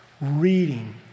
reading